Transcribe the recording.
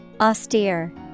Austere